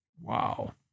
Wow